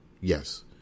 yes